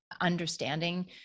understanding